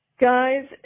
guys